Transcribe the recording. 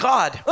God